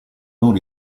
non